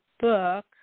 book